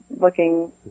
looking